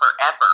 forever